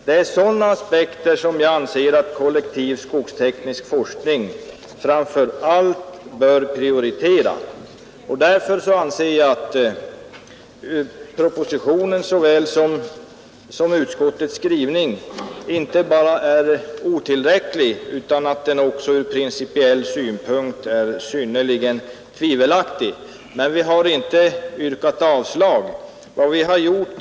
Det är sådana aspekter som jag anser att kollektiv skogsteknisk forskning framför allt bör prioritera. Därför anser jag att propositionen — och detta gäller också utskottets skrivning — inte bara är otillräcklig utan ur principiell synpunkt synnerligen tvivelaktig. Men vi har inte yrkat avslag på propositionen.